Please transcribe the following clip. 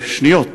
בשניות,